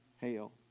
hail